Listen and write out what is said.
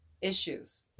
issues